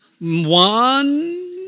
One